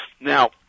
Now